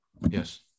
Yes